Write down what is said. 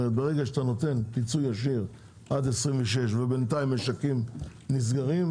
ברגע שאתה נותן פיצוי ישיר עד 26' ובינתיים משקים נסגרים,